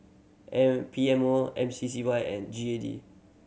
M P M O M C C Y and G A D